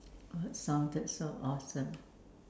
what sounded so awesome